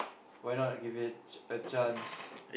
why not give it a chance